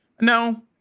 No